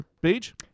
Beach